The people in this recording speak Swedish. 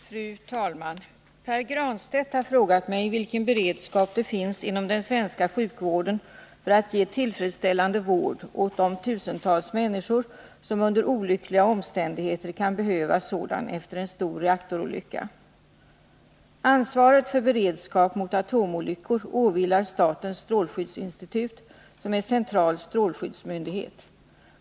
Fru talman! Pär Granstedt har frågat mig vilken beredskap det finns inom den svenska sjukvården för att ge tillfredsställande vård åt de tusentals människor som under olyckliga omständigheter kan behöva sådan efter en stor reaktorolycka. Ansvaret för beredskap mot atomolyckor åvilar statens strålskyddsinstitut som är central strålskyddsmyndighet.